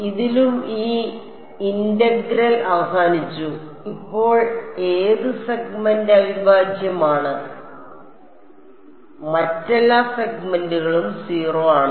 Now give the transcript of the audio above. ഇതിലും ഈ ഇന്റഗ്രൽ അവസാനിച്ചു ഇപ്പോൾ ഏത് സെഗ്മെന്റ് അവിഭാജ്യമാണ് മറ്റെല്ലാ സെഗ്മെന്റുകളും 0 ആണ്